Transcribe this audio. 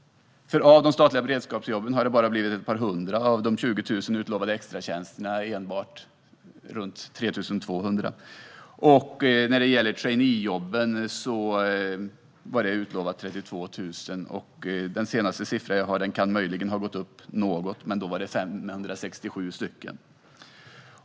Av de statliga beredskapsjobben har det bara blivit ett par hundra. Av de 20 000 utlovade extratjänsterna har det bara blivit omkring 3 200. När det gäller traineejobben hade man utlovat 32 000, men enligt den senaste siffran jag har sett - det kan möjligen ha gått upp något - har det blivit 567 jobb.